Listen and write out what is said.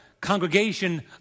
congregation